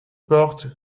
porte